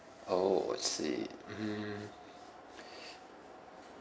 oh I see mm